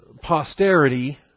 posterity